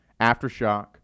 Aftershock